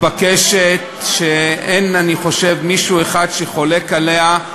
מתבקשת, שאין, אני חושב, מישהו שחולק עליה.